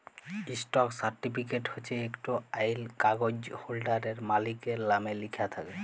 stock certificate হছে ইকট আইল কাগ্যইজ হোল্ডারের, মালিকের লামে লিখ্যা থ্যাকে